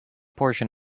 portion